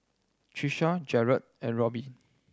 Trisha Jarred and Robyn